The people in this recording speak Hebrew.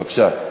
בבקשה.